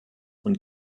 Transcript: und